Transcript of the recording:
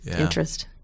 interest